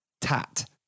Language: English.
tat